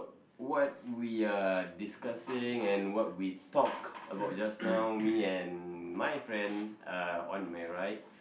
what we are discussing and what we talk about just now me and my friend uh on my right